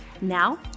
Now